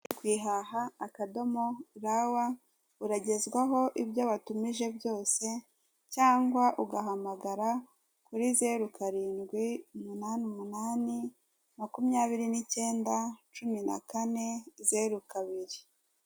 Ku ihaha akadomo ra wa uragezwaho ibyo watumije byose cyangwa ugahamagara kuri zeru karindwi, umunani, umunani, makumyabiri n'icyenda, cumi na kane zeru kabiri.